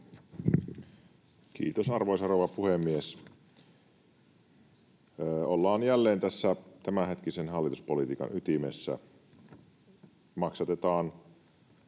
Kiitos, arvoisa rouva puhemies! Ollaan jälleen tässä tämänhetkisen hallituspolitiikan ytimessä: maksatetaan